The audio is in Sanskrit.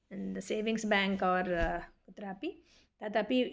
in the savings bank are कुत्रापि तदपि